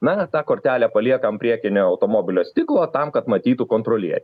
na tą kortelę paliekam priekinio automobilio stiklo tam kad matytų kontrolier